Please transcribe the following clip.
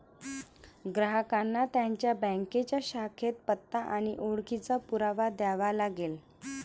ग्राहकांना त्यांच्या बँकेच्या शाखेत पत्ता आणि ओळखीचा पुरावा द्यावा लागेल